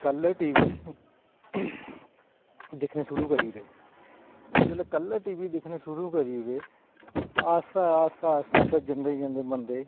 colour TV दिक्खना शुरू करी ओड़े जेल्लै कलर टीवी दिक्खना शुरू करी ओड़े आस्तै आस्तै इत्थें जंदे जंदे बंदे